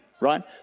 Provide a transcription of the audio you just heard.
right